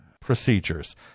procedures